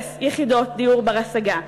אפס יחידות דיור בר-השגה,